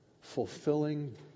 fulfilling